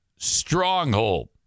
stronghold